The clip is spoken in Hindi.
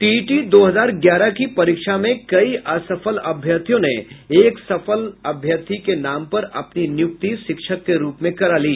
टीईटी दो हजार ग्यारह की परीक्षा में कई असफल अभ्यर्थियों ने एक सफल अभ्यर्थी के नाम पर अपनी नियुक्ति शिक्षक के रूप में करा ली